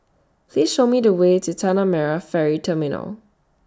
Please Show Me The Way to Tanah Merah Ferry Terminal